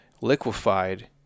liquefied